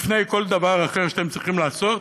לפני כל דבר אחר שאתם צריכים לעשות.